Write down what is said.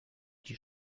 die